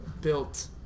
built